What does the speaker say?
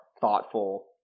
thoughtful